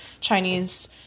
Chinese